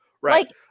Right